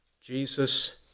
Jesus